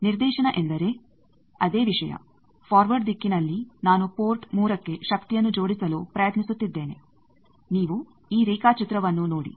ನಿರ್ದೇಶನ ಎಂದರೆ ಅದೇ ವಿಷಯ ಫಾರ್ವರ್ಡ್ ದಿಕ್ಕಿನಲ್ಲಿ ನಾನು ಪೋರ್ಟ್ 3ಗೆ ಶಕ್ತಿಯನ್ನು ಜೋಡಿಸಲು ಪ್ರಯತ್ನಿಸುತ್ತಿದ್ದೇನೆ ನೀವು ಈ ರೇಖಾಚಿತ್ರವನ್ನು ನೋಡಿ